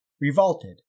revolted